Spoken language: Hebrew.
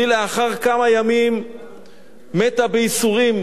והיא לאחר כמה ימים מתה בייסורים,